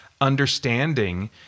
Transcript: understanding